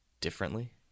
differently